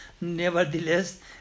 nevertheless